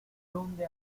dónde